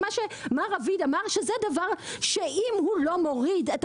מר רביד אמר שאם הם לא מורידים את